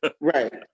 Right